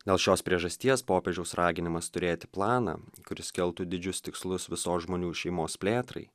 dėl šios priežasties popiežiaus raginimas turėti planą kuris keltų didžius tikslus visos žmonių šeimos plėtrai